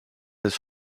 his